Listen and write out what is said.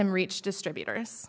him reach distributors